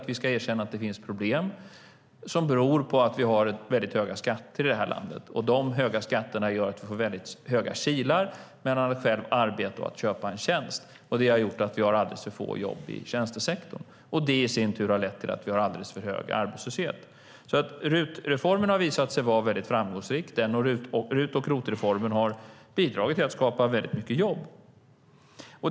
Det har gjort att vi har alldeles för få jobb i tjänstesektorn, vilket i sin tur har lett till att vi har alldeles för hög arbetslöshet. RUT-reformen har visat sig vara framgångsrik. Den och ROT-reformen har bidragit till att skapa många jobb.